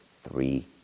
three